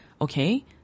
okay